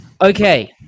Okay